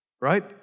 right